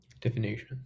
definition